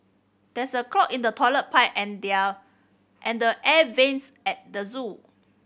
there's a clog in the toilet pipe and they are and the air vents at the zoo